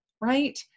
right